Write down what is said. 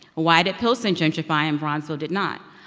why did pilsen gentrify and bronzeville did not?